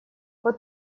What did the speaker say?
вот